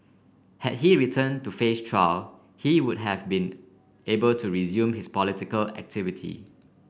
had he returned to face trial he would have been able to resume his political activity